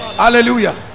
Hallelujah